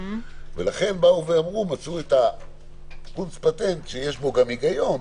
לכן מצאו את הפטנט, שיש בו גם היגיון,